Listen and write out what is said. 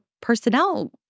personnel